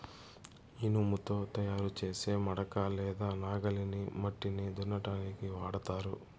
ఇనుముతో తయారు చేసే మడక లేదా నాగలిని మట్టిని దున్నటానికి వాడతారు